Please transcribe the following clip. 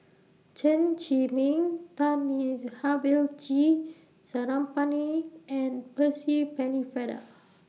Chen Zhiming Thamizhavel G Sarangapani and Percy Pennefather